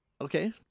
Okay